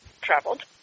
traveled